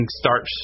start